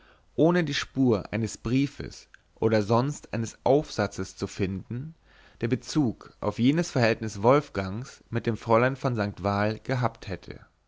ohne die spur eines briefes oder sonst eines aufsatzes zu finden der bezug auf jenes verhältnis wolfgangs mit dem fräulein von st val gehabt hätte